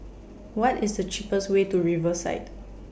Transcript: What IS The cheapest Way to Riverside